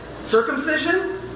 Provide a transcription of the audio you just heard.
Circumcision